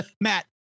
Matt